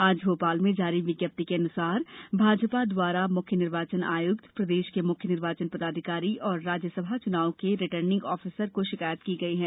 आज भोपाल में जारी विज्ञप्ति के अनुसार भाजपा द्वारा मुख्य निर्वाचन आयुक्त प्रदेश के मुख्य निर्वाचन पदाधिकारी और राज्यसभा चुनाव के रिटर्निंग ऑफिसर को शिकायत की गयी है